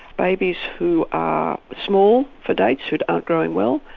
babies who are small for dates, who aren't growing well,